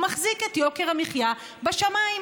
מחזיק את יוקר המחיה בשמיים.